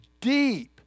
deep